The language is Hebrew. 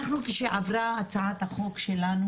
כשעברה הצעת החוק שלנו,